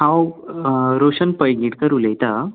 हांव रोशन पैंगीणकर उलयतां